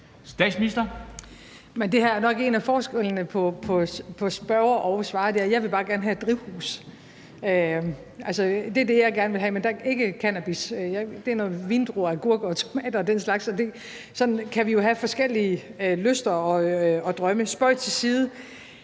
Det her er nok en af forskellene på spørger og svarer: Jeg vil bare gerne have et drivhus. Det er det, jeg gerne vil have, men det skal ikke være til at dyrke cannabis i; det skal være til vindruer, agurker, tomater og den slags. Sådan kan vi jo have forskellige lyster og drømme. Spøg til side.